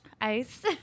Ice